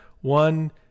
one